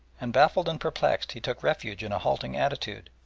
and baffled and perplexed he took refuge in a halting attitude,